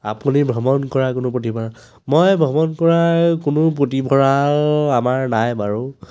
আপুনি ভ্ৰমণ কৰা কোনো পুথিভঁৰাল মই ভ্ৰমণ কৰা পুথিভঁৰাল আমাৰ নাই বাৰু